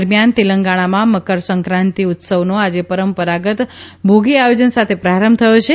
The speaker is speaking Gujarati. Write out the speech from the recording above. દરમિયાન તેલંગણામાં મકરસંક્રાંતિ ઉત્સવનો આજે પરંપરાગત ભોગી આયોજન સાથે પ્રારંભ થયો છે